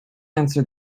answer